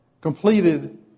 completed